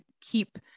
keep